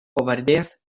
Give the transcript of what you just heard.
pavardės